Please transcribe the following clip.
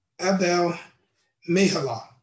Abel-Mehalah